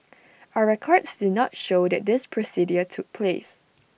our records did not show that this procedure took place